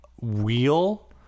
Wheel